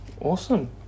Awesome